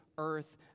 earth